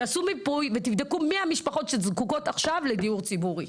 שיעשו מיפוי ותבדקו מי המשפחות שזקוקות עכשיו לדיור ציבורי.